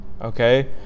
Okay